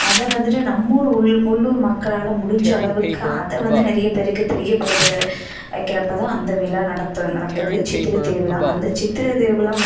அத வந்துட்டு நம்மூர் உள் உள்ளூர் மக்களால் முடிஞ்ச அளவுக்கு அதை வந்து நிறைய பேருக்கு தெரியப்படுத்த வைக்கிறப்ப தான் அந்த விழா நடத்து நடக்குது சித்திரை திருவிழா அந்த சித்திரை திருவிழா